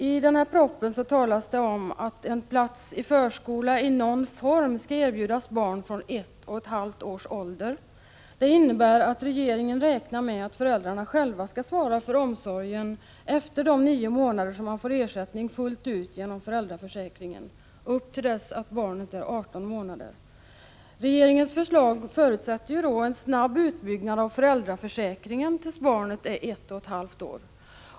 I propositionen talas det om att en plats i förskola i någon form skall erbjudas barn från ett och ett halvt års ålder. Det innebär att regeringen räknar med att föräldrarna själva skall svara för omsorgen efter de nio månader som man får ersättning fullt ut genom föräldraförsäkringen, upp till dess att barnet är 18 månader. Regeringens förslag förutsätter en snabb utbyggnad av föräldraförsäkringen beträffande barn upp till ett och ett halvt år.